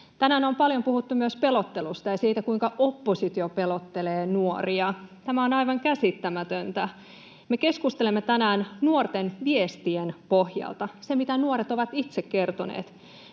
Tänään on paljon puhuttu myös pelottelusta ja siitä, kuinka oppositio pelottelee nuoria. Tämä on aivan käsittämätöntä. Me keskustelemme tänään nuorten viestien pohjalta siitä, mitä nuoret ovat itse kertoneet.